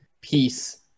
peace